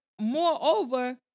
moreover